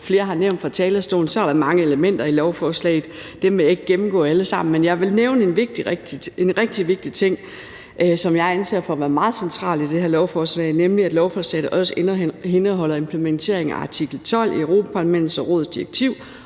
flere har nævnt fra talerstolen, er der mange elementer i lovforslaget. Dem vil jeg ikke gennemgå alle sammen, men jeg vil nævne en rigtig vigtig ting, som jeg anser for at være meget central i det her lovforslag, nemlig at lovforslaget også indeholder implementering af artikel 12 i Europa-Parlamentets og rådets direktiv